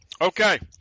Okay